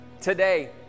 Today